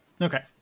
okay